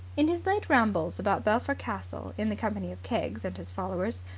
in his late rambles about belpher castle in the company of keggs and his followers,